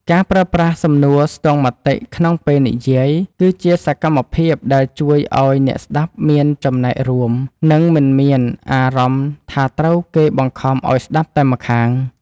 ការប្រើប្រាស់សំណួរស្ទង់មតិក្នុងពេលនិយាយ គឺជាសកម្មភាពដែលជួយឱ្យអ្នកស្ដាប់មានចំណែករួម និងមិនមានអារម្មណ៍ថាត្រូវគេបង្ខំឱ្យស្ដាប់តែម្ខាង។